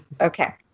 okay